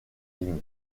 lignes